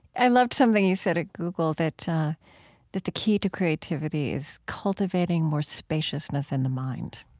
i loved something you said at google, that that the key to creativity is cultivating more spaciousness in the mind